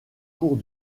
cours